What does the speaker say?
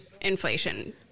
inflation